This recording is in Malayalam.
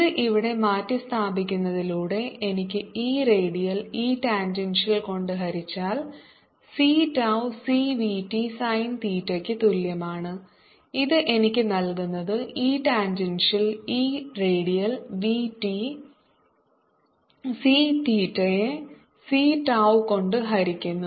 ഇത് ഇവിടെ മാറ്റിസ്ഥാപിക്കുന്നതിലൂടെ എനിക്ക് E റേഡിയൽ E ടാൻജൻഷ്യൽ കൊണ്ട് ഹരിച്ചാൽ c tau C v t സൈൻതീറ്റയ്ക്ക് തുല്യമാണ് ഇത് എനിക്ക് നൽകുന്നത് E tangential E radial v t C തീറ്റയെ c tau കൊണ്ട് ഹരിക്കുന്നു